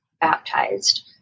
baptized